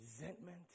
resentment